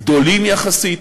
גדולים יחסית,